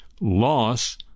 loss